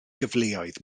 gyfleoedd